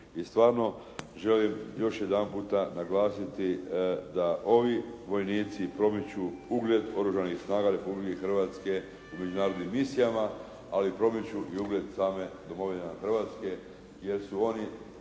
i stvarno želim još jedanputa naglasiti da ovi vojnici promiču ugled Oružanih snaga Republike Hrvatske u međunarodnim misijama ali promiču i ugled same domovine nam Hrvatske jer su oni